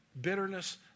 bitterness